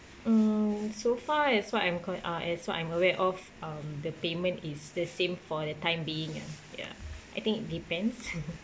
mm so far as what I'm con~ uh as what I'm aware of um the payment is the same for the time being ah ya I think it depends